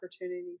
opportunity